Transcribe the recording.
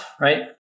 Right